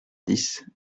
dix